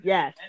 Yes